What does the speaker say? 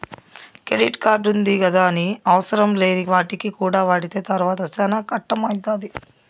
credit కార్డుంది గదాని అవసరంలేని వాటికి కూడా వాడితే తర్వాత సేనా కట్టం అయితాది